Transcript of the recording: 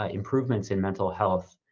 ah improvements in mental health,